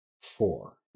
four